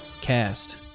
cast